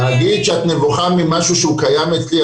להגיד שאת נבוכה ממשהו שהוא קיים אצלי,